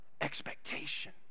expectation